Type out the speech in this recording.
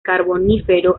carbonífero